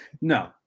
No